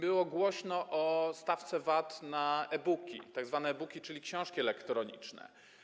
Było głośno o stawce VAT na tzw. e-booki, czyli książki elektroniczne.